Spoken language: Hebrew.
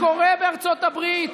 זה קורה בארצות הברית,